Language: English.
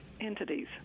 entities